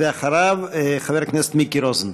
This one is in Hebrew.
ואחריו, חבר הכנסת מיקי רוזנטל.